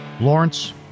Lawrence